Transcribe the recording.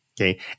okay